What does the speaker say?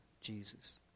Jesus